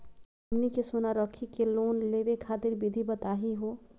हमनी के सोना रखी के लोन लेवे खातीर विधि बताही हो?